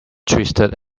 twisted